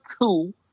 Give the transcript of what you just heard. two